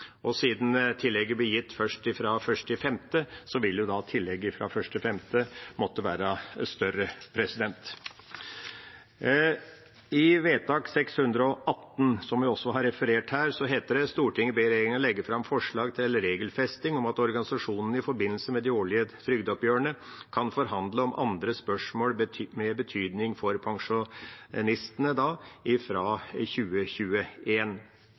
Og siden tillegget blir gitt først fra 1. mai, vil tillegget fra 1. mai måtte være større. I vedtak 618, som også er referert her, heter det: «Stortinget ber regjeringen legge frem forslag til regelfesting om at organisasjonene i forbindelse med de årlige trygdeoppgjørene, kan forhandle om andre spørsmål med betydning for pensjonistene.» – da